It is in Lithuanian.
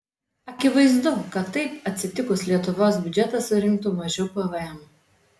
akivaizdu kad taip atsitikus lietuvos biudžetas surinktų mažiau pvm